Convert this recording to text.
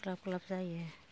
ग्लाब ग्लाब जायो